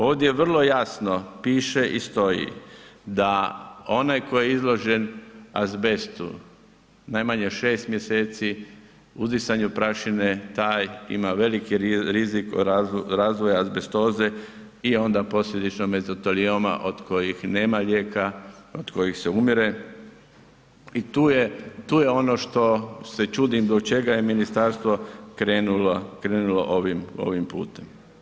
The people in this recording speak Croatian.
Ovdje vrlo jasno piše i stoji da onaj tko je izložen azbestu najmanje 6. mjeseci, uzdisanju prašine, taj ima veliki rizik od razvoja azbestoze i onda posljedično mezotelioma od kojih nema lijeka, od kojih se umire i tu je, tu je ono što se čudim do čega je ministarstvo krenulo ovim putem.